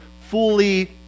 fully